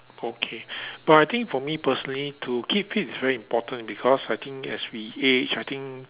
okay but I think for me personally to keep fit is very important because I think as we age I think